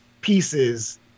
pieces